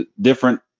different